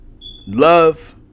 Love